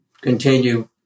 continue